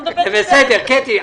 בסדר, קטי.